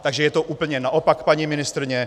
Takže je to úplně naopak, paní ministryně.